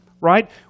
right